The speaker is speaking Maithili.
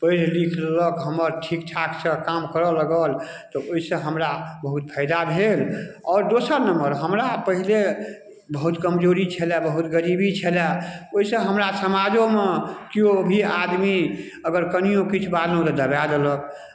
पढ़ि लिखि लेलक हमर ठीक ठाकसँ काम करय लगल तऽ ओहिसँ हमरा बहुत फायदा भेल आओर दोसर नम्बर हमरा पहिले बहुत कमजोरी छलय बहुत गरीबी छलय ओहिसँ हमरा समाजोमे केओ भी आदमी अगर कनिओ किछु बाजलहुँ तऽ दबाए देलक